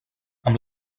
amb